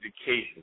education